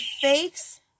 fakes